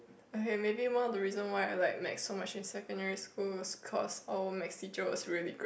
okay maybe one of the reason why I like math so much in secondary school is because our math teacher was really great